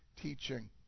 teaching